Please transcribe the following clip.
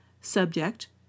subject